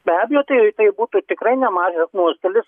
be abejo tai tai būtų tikrai nemažas nuostolis